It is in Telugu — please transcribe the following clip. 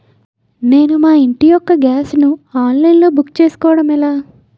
నేను మా ఇంటి యెక్క గ్యాస్ ను ఆన్లైన్ లో బుక్ చేసుకోవడం ఎలా?